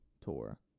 tour